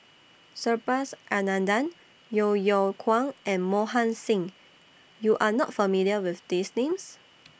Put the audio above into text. Subhas Anandan Yeo Yeow Kwang and Mohan Singh YOU Are not familiar with These Names